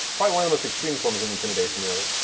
probably one of the most extreme forms of intimidation, really.